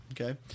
Okay